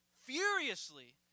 furiously